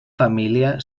família